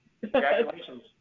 Congratulations